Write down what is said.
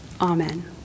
Amen